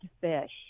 fish